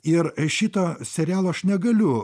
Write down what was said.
ir šito serialo aš negaliu